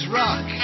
rock